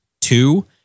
Two